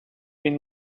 been